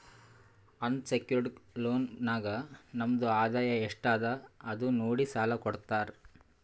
unsecured loan ನಾಗ್ ನಮ್ದು ಆದಾಯ ಎಸ್ಟ್ ಅದ ಅದು ನೋಡಿ ಸಾಲಾ ಕೊಡ್ತಾರ್